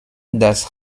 das